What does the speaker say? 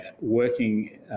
working